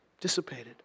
dissipated